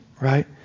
right